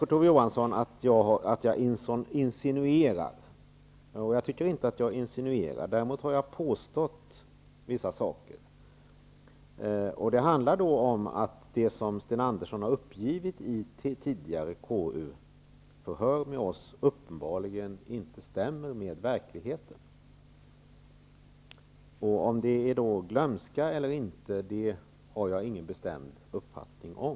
Kurt Ove Johansson säger att jag insinuerar. Jag tycker inte att jag insinuerar, däremot har jag påstått vissa saker. Det handlar om att det som Sten Andersson har uppgivit i tidigare KU-förhör uppenbarligen inte stämmer med verkligheten. Om det beror på glömska eller inte har jag ingen bestämd uppfattning om.